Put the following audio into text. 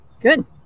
good